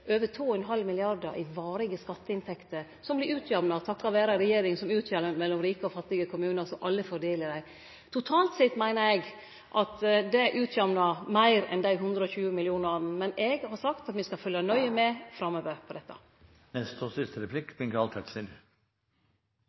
over 2,5 mrd. kr i varige skatteinntekter som vert jamna ut, takk vere ei regjering som jamnar ut mellom rike og fattige kommunar, slik at alle får del i dei. Totalt sett meiner eg at dette jamnar ut meir enn dei 120 mill. kr, men eg har sagt at me skal følgje nøye med på dette